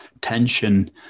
tension